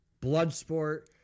Bloodsport